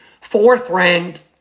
fourth-ranked